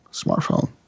smartphone